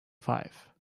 five